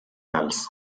else